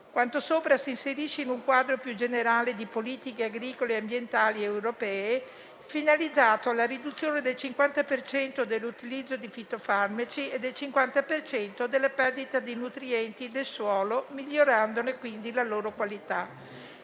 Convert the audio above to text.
Quanto sopra si inserisce in un quadro più generale di politiche agricole e ambientali europee, finalizzato alla riduzione del 50 per cento dell'utilizzo di fitofarmaci e del 50 per cento della perdita di nutrienti del suolo, migliorandone la qualità.